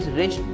rich